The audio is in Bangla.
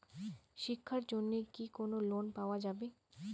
শিক্ষার জন্যে কি কোনো লোন পাওয়া যাবে?